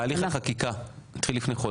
תהליך החקיקה התחיל לפני חודש.